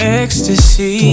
ecstasy